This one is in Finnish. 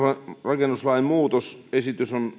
rakennuslain muutosesitys